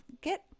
get